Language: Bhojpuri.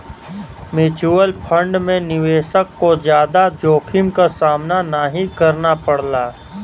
म्यूच्यूअल फण्ड में निवेशक को जादा जोखिम क सामना नाहीं करना पड़ला